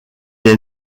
est